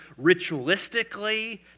ritualistically